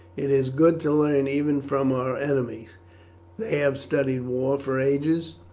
it is good to learn even from our enemies they have studied war for ages,